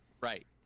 right